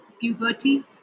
puberty